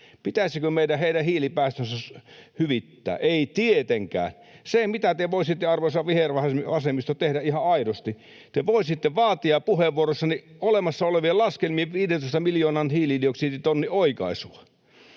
Pitäisikö meidän heidän hiilipäästönsä hyvittää? — Ei tietenkään. Se, mitä te voisitte, arvoisa vihervasemmisto, tehdä ihan aidosti: te voisitte vaatia puheenvuoroissanne olemassa olevien laskelmien, 15 miljoonan hiilidioksiditonnin, oikaisua.